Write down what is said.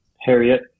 Harriet